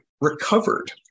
recovered